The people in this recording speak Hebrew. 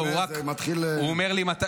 הוא רק אומר לי מתי